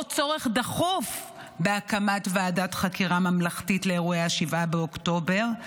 צורך דחוף בהקמת ועדת חקירה ממלכתית לאירועי 7 באוקטובר,